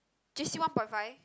J_C one point five